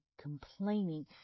complaining